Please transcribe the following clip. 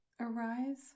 Arise